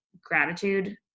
gratitude